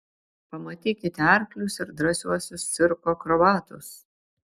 pamatykite arklius ir drąsiuosius cirko akrobatus